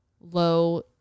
low